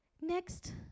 Next